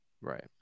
right